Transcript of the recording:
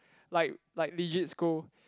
like like legit scold